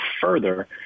further